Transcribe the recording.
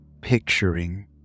picturing